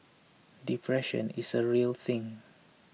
depression is a real thing